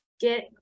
get